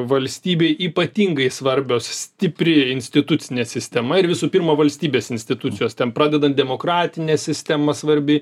valstybei ypatingai svarbios stipri institucinė sistema ir visų pirma valstybės institucijos ten pradedant demokratine sistema svarbi